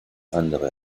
andere